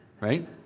Right